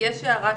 יש הערות